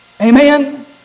Amen